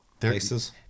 faces